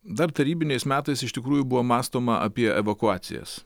dar tarybiniais metais iš tikrųjų buvo mąstoma apie evakuacijas